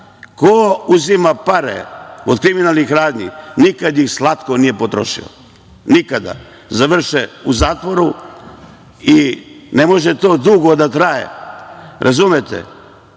ko uzima pare od kriminalnih radnji, nikada ih slatko nije potrošio, nikada. Završe u zatvoru. Ne može to dugo da traje. Razumete?